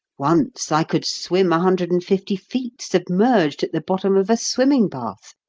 once i could swim a hundred and fifty feet submerged at the bottom of a swimming-bath.